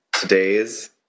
today's